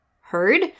heard